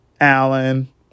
Allen